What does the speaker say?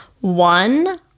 One